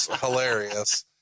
hilarious